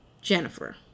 Jennifer